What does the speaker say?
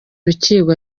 urukiko